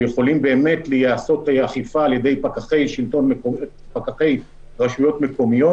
שיכולים באמת לעשות אכיפה על ידי פקחי רשויות מקומיות.